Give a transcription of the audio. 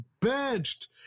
Benched